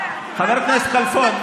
חבר הכנסת כלפון,